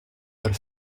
per